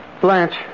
Blanche